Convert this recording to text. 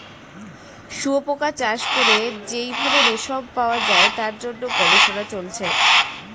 শুয়োপোকা চাষ করে যেই ভাবে রেশম পাওয়া যায় তার জন্য গবেষণা চলছে